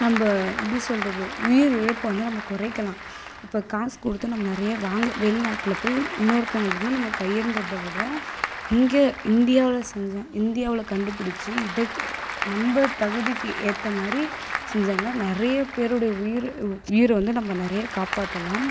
நம்ம எப்படி சொல்கிறது உயிரிழப்பு வந்து நம்ம குறைக்கலாம் இப்போ காசு கொடுத்து நம்ம நிறையா வாங்க வெளிநாட்டில் போய் இன்னொருத்தங்கட்டேருந்து நம்ம கையேந்துவத விட இங்கே இந்தியாவில் செஞ்ச இந்தியாவில் கண்டுபிடிச்சி இதுக்கு நம்ம தகுதிக்கு ஏற்ற மாதிரி செஞ்சாங்கன்னால் நிறைய பேருடைய உயிர் உயிரை வந்து நம்ம நிறைய காப்பாற்றலாம்